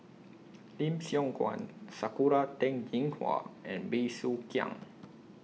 Lim Siong Guan Sakura Teng Ying Hua and Bey Soo Khiang